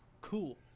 cool